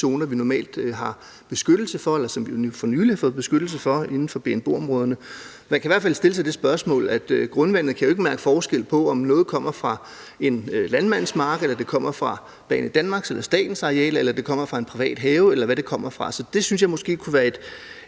zoner, vi normalt har beskyttelse for, eller som vi for nylig har fået beskyttelse for inden for BNBO-områderne. Man kan i hvert fald sige, at grundvandet jo ikke kan mærke forskel på, om noget kommer fra en landmands mark, om det kommer fra Banedanmarks eller statens arealer, eller om det kommer fra en privat have, eller hvor det kommer fra. Jeg synes måske, man kunne